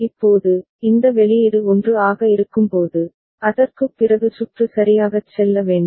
இப்போது இந்த வெளியீடு 1 ஆக இருக்கும்போது அதற்குப் பிறகு சுற்று சரியாகச் செல்ல வேண்டும்